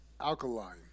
alkaline